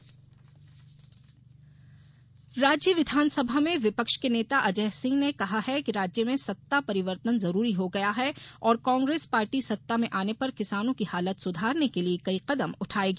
कांग्रेस सम्मेलन राज्य विधानसभा में विपक्ष के नेता अजय सिंह ने कहा है कि राज्य में सत्ता परिवर्तन जरूरी हो गया है और कांग्रेस पार्टी सत्ता में आने पर किसानों की हालत सुधारने के लिए कई कदम उठायेगी